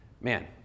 Man